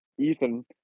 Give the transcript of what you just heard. Ethan